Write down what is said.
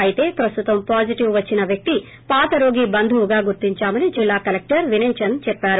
అయితే ప్రస్తుతం పాజిటివ్ వచ్చిన వ్యక్తి పాత రోగి బంధువుగా గుర్తించామని జిల్లా కలెక్టర్ వినయ్ చంద్ చెప్పారు